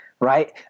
Right